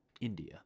India